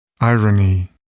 Irony